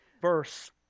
verse